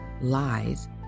Lies